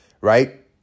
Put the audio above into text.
right